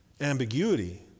Ambiguity